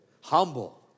Humble